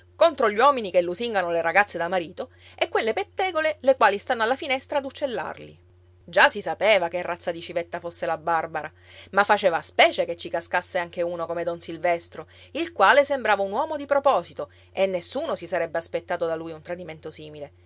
contro gli uomini che lusingano le ragazze da marito e quelle pettegole le quali stanno alla finestra ad uccellarli già si sapeva che razza di civetta fosse la barbara ma faceva specie che ci cascasse anche uno come don silvestro il quale sembrava un uomo di proposito e nessuno si sarebbe aspettato da lui un tradimento simile